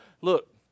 look